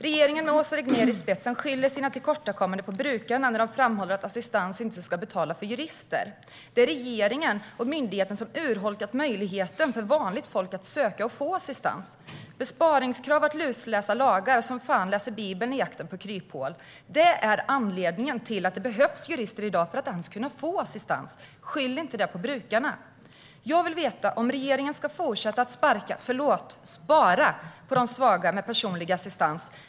Regeringen, med Åsa Regnér i spetsen, skyller sina tillkortakommanden på brukarna när man framhåller att assistansmedlen inte ska användas för att betala för jurister. Det är regeringen och myndigheten som urholkat möjligheten för vanligt folk att söka och få assistans. Det handlar om besparingskrav och om att lusläsa lagar som fan läser Bibeln i jakten på kryphål. Det är anledningen till att det behövs jurister i dag för att man ens ska kunna få assistans. Skyll inte på brukarna! Jag vill veta om regeringen ska fortsätta att spara på de svaga med personlig assistans.